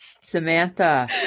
Samantha